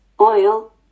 oil